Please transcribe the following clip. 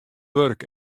wurk